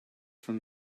from